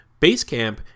Basecamp